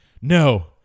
No